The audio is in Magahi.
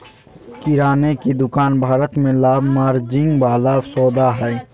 किराने की दुकान भारत में लाभ मार्जिन वाला सौदा हइ